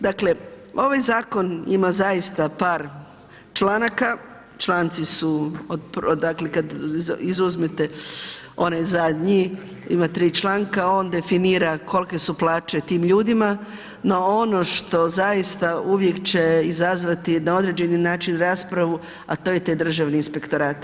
Dakle, ovaj zakon ima zaista par članaka, članci su dakle kad izuzmete onaj zadnji, ima 3 članka, on definira kolike su plaće tim ljudima, no ono što zaista uvijek će izazvati na određeni način raspravu, a to je taj Državni inspektorat.